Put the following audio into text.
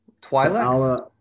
Twilight